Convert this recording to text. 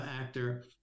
actor